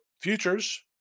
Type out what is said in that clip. Futures